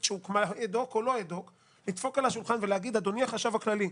לדפוק על השולחן ולהגיד: אדוני החשב הכללי,